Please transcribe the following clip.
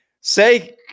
say